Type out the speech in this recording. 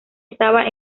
estaba